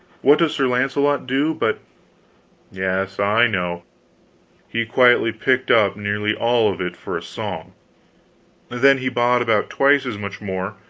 what does sir launcelot do, but yes, i know he quietly picked up nearly all of it for a song then he bought about twice as much more,